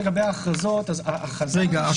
לגבי ההכרזות, יש